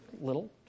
little